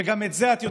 וגם את זה את יודעת,